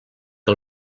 que